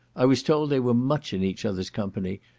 i was told they were much in each other's company,